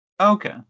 Okay